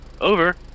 Over